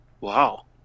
Wow